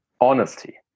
honesty